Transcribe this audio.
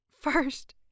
First